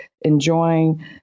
enjoying